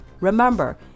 Remember